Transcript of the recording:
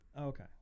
Okay